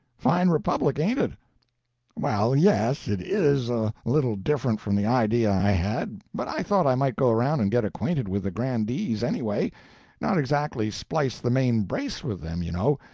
fine republic, ain't it? well, yes it is a little different from the idea i had but i thought i might go around and get acquainted with the grandees, anyway not exactly splice the main-brace with them, you know,